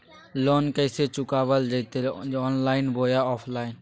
Loan कैसे चुकाबल जयते ऑनलाइन बोया ऑफलाइन?